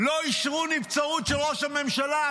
לא אישרו נבצרות של ראש הממשלה,